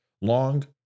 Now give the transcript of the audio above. long